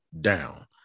down